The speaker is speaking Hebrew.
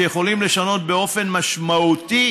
שיכולים לשנות באופן משמעותי